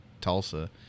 Tulsa